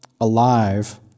alive